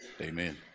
Amen